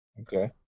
okay